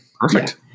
perfect